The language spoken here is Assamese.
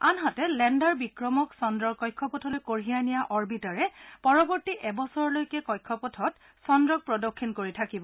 আনহাতে লেণ্ডাৰ বিক্ৰমক চন্দ্ৰৰ কক্ষপথলৈ কঢ়িয়াই নিয়া অৰবিটাৰে পৰৱৰ্তী এবছৰলৈকে কক্ষপথত চন্দ্ৰক প্ৰদক্ষিণ কৰি থাকিব